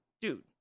dude